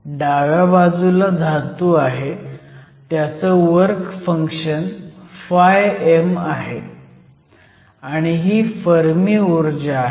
डाव्या बाजूला धातू आहे त्याचं वर्क फंक्शन φm आहे आणि ही फर्मी ऊर्जा आहे